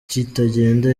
kitagenda